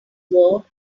war